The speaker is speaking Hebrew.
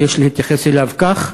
ויש להתייחס אליו כך.